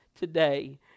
today